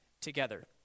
together